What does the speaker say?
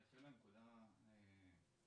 אני אתחיל בנקודה הראשונה,